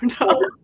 no